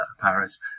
Paris